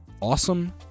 Awesome